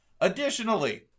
Additionally